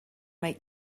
make